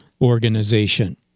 Organization